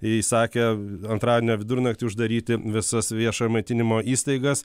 įsakė antradienio vidurnaktį uždaryti visas viešojo maitinimo įstaigas